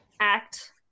act